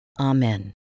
Amen